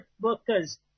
workers